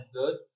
good